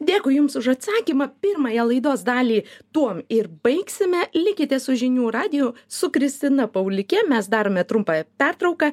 dėkui jums už atsakymą pirmąją laidos dalį tuom ir baigsime likite su žinių radiju su kristina paulike mes darome trumpą pertrauką